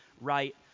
right